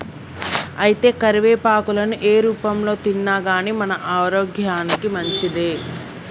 అయితే కరివేపాకులను ఏ రూపంలో తిన్నాగానీ మన ఆరోగ్యానికి మంచిదే